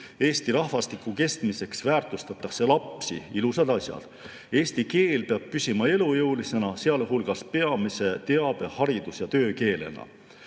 Eesti rahvastiku kestmiseks väärtustatakse lapsi – ilusad asjad –, eesti keel peab püsima elujõulisena, sealhulgas peamise teabe-, haridus- ja töökeelena.